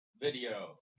video